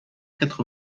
quatre